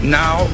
now